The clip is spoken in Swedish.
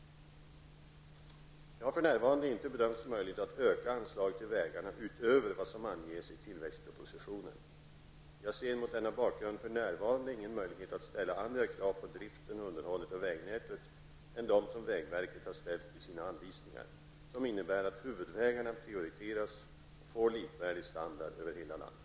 Det har för närvarande inte bedömts möjligt att öka anslaget till vägarna utöver vad som anges i tillväxtpropositionen. Jag ser mot denna bakgrund för närvarande ingen möjlighet att ställa andra krav på driften och underhållet av vägnätet än de som vägverket har ställt i sina anvisningar, som innebär att huvudvägarna prioriteras och får likvärdig standard över hela landet.